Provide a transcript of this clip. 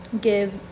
give